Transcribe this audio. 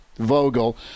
Vogel